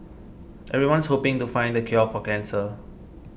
everyone's hoping to find the cure for cancer